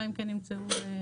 אלא אם כן ימצאו משהו.